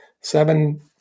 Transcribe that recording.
seven